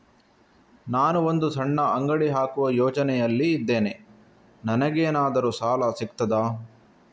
ನಾನು ಒಂದು ಸಣ್ಣ ಅಂಗಡಿ ಹಾಕುವ ಯೋಚನೆಯಲ್ಲಿ ಇದ್ದೇನೆ, ನನಗೇನಾದರೂ ಸಾಲ ಸಿಗ್ತದಾ?